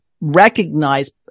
recognize